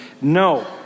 No